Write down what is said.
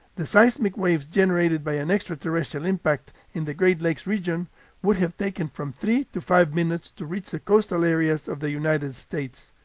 the seismic waves generated by an extraterrestrial impact in the great lakes region would have taken from three to five minutes to reach the coastal areas of the united states.